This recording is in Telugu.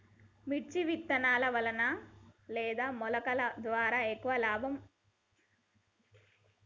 మిర్చి విత్తనాల వలన లేదా మొలకల ద్వారా ఎక్కువ లాభం?